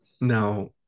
now